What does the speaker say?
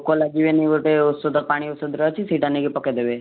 ପୋକ ଲାଗିବେନି ଗୋଟେ ଔଷଧ ପାଣି ଔଷଧଟେ ଅଛି ସେଇଟା ନେଇକି ପକେଇଦେବେ